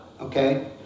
okay